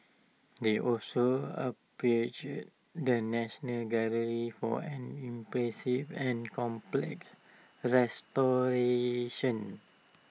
they also applauded the national gallery for an impressive and complex restoration